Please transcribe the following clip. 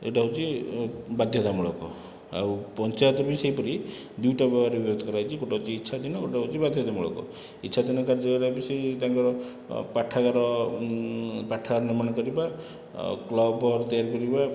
ଏଇଟା ହେଉଛି ବାଧ୍ୟତାମୂଳକ ଆଉ ପଞ୍ଚାୟତ ବି ସେହିପରି ଦୁଇଟା ଭାବରେ ବିଭକ୍ତ କରାଯାଇଛି ଗୋଟିଏ ହେଲା ଇଚ୍ଛାଧୀନ ଗୋଟିଏ ହେଉଛି ବାଧ୍ୟତାମୂଳକ ଇଚ୍ଛାଧୀନ କାର୍ଯ୍ୟ ଗୁଡ଼ାକ ବି ସେଇ ତାଙ୍କର ପାଠାଗାର ପାଠାଗାର ନିର୍ମାଣ କରିବା ଆଉ କ୍ଲବ ଘର ତିଆରି କରିବା